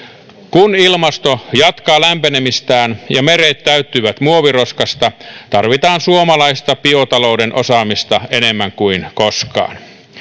kun ilmasto jatkaa lämpenemistään ja meret täyttyvät muoviroskasta tarvitaan suomalaista biotalouden osaamista enemmän kuin koskaan